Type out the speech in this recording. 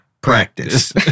practice